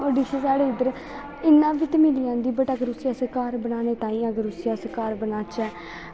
ओह् डिश साढ़ी इध्दर इयां बी ते मिली जंदी बट अगर फिर उसी असैं घर बनानैं तांई अगर अस उसी घर बना चै